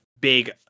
big